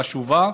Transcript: חשובה,